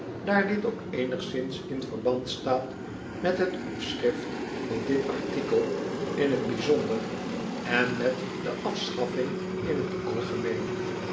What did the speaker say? daar dit ook eenigszins in verband staat met het opschrift van dit artikel in het bijzonder en met de afschaffing in het algemeen